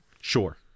sure